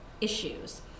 issues